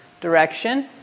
direction